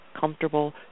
comfortable